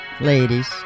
ladies